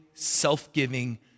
self-giving